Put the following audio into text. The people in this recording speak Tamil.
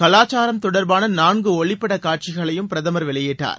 கலாச்சாரம் தொடர்பான நான்கு ஒளிப்பட காட்சிகளையும் பிரதமர் வெளியிட்டார்